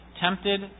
tempted